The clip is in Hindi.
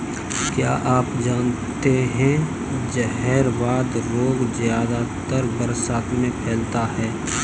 क्या आप जानते है जहरवाद रोग ज्यादातर बरसात में फैलता है?